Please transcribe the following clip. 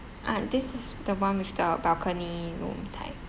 ah this is the one with the balcony room type